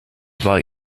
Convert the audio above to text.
war